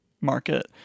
market